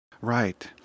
Right